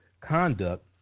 conduct